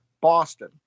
Boston